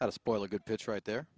how to spoil a good pitch right there